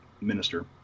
minister